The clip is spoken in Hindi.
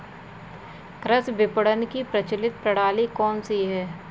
कृषि विपणन की प्रचलित प्रणाली कौन सी है?